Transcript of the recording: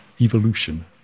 evolution